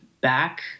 back